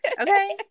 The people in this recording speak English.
Okay